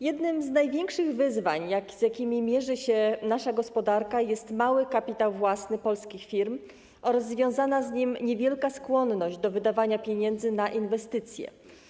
Jednym z największych wyzwań, z jakimi mierzy się nasza gospodarka, jest mały kapitał własny polskich firm oraz związana z tym niewielka skłonność do wydawania pieniędzy na inwestycje.